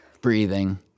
Breathing